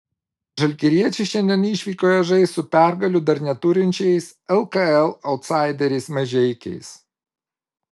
žalgiriečiai šiandien išvykoje žais su pergalių dar neturinčiais lkl autsaideriais mažeikiais